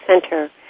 Center